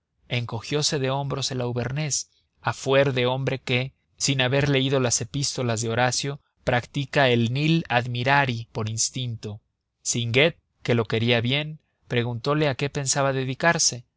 encogiose de hombros el auvernés a fuer de hombre que sin haber leído las epístolas de horacio practica el nil admirari por instinto singuet que lo quería bien preguntole a qué pensaba dedicarse